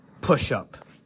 Push-Up